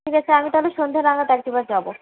ঠিক আছে আমি তাহলে সন্ধে নাগাদ এক দু বার যাবো